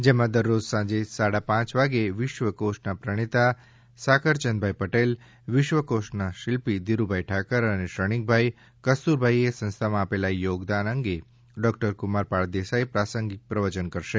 જેમાં દરરોજ સાંજે સાડા પાંચ વાગ્યે વિશ્વકોષના પ્રણેતા સાકળ ચંદભાઈ પટેલ વિશ્વકોષના શિલ્પી ધીરુભાઈ ઠાકર અને શ્રેણિકભાઈ કસ્તુરભાઈએ સંસ્થામાં આપેલા યોગદાન અંગે ડોક્ટર ક્રમારપાળ દેસાઈ પ્રાંસગિક પ્રવચન કરશે